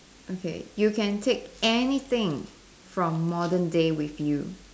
okay you can take anything from modern day with you